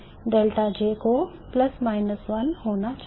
ΔJ को ±1 होना चाहिए